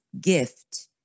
gift